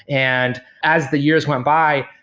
and as the years went by,